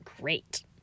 great